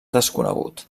desconegut